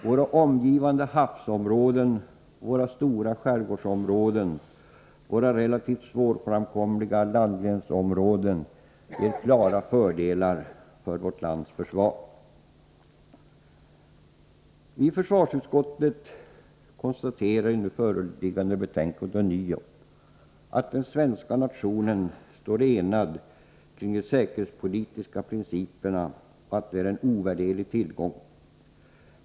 Våra omgivande havsområden, våra stora skärgårdsområden, våra relativt svårframkomliga landgränsområden ger klara fördelar för vårt lands försvar. Vi i försvarsutskottet konstaterar i nu föreliggande betänkande ånyo att den svenska nationen står enad kring de säkerhetspolitiska principerna och att detta är en ovärderlig tillgång.